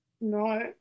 No